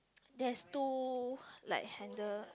there's two like handle